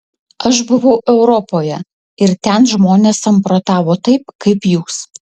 aš buvau europoje ir ten žmonės samprotavo taip kaip jūs